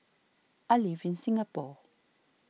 I live in Singapore